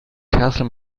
castle